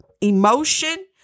emotion